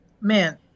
Man